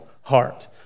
heart